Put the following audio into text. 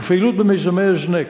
והפעילות במיזמי הזנק,